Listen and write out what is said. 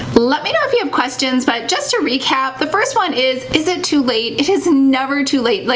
let me know if you have questions. but just to recap, the first one is, is it too late? it is never too late. like